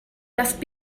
must